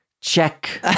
Check